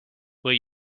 will